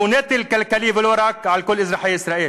שהוא נטל כלכלי, ולא רק על כל אזרחי מדינת ישראל.